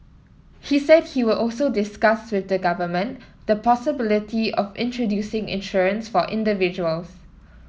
he said he would also discuss with the government the possibility of introducing insurance for individuals